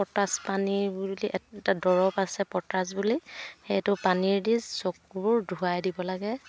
potash পানী বুলি এটা দৰৱ আছে পটাচ বুলি সেইটো পানী দি চকুবোৰ ধুৱাই দিব লাগে